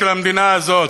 של המדינה הזאת,